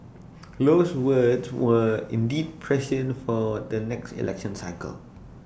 Low's words were indeed prescient for the next election cycle